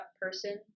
person